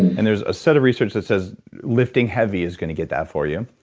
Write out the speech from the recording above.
and there's a set of research that says lifting heavy is going to get that for you.